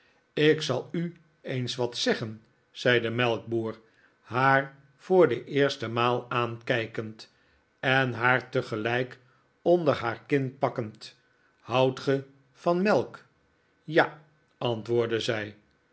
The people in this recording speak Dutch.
ik zal u eens wat zeggen zei de melkboer haar voor de eerste maal aahkijkend en haar tegelijk onder haar kin pakkend h'oudt ge van melk ja antwoordde zij